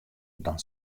dan